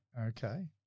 Okay